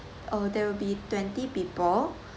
uh there will be twenty people